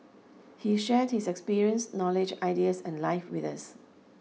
he shared his experience knowledge ideas and life with us